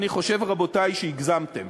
אני חושב, רבותי, שהגזמתם.